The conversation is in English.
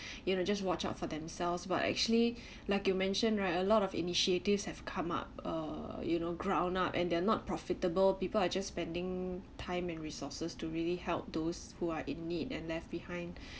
you know just watch out for themselves but actually like you mention right a lot of initiatives have come up uh you know ground up and they're not profitable people are just spending time and resources to really help those who are in need and left behind